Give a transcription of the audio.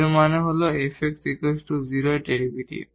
এর মানে হল এই Fx 0 এর ডেরিভেটিভ